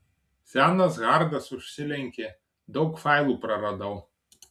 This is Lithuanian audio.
senas hardas užsilenkė daug failų praradau